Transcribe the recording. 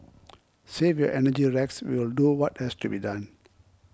save your energy Rex we'll do what has to be done